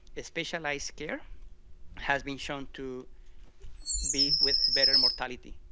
ah specialized care has been shown to be with better mortality.